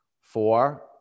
Four